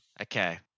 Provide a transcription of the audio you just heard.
Okay